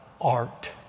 art